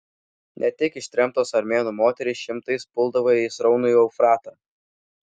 ne tik ištremtos armėnų moterys šimtais puldavo į sraunųjį eufratą